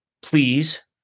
please